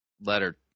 letter